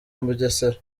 bugesera